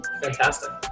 fantastic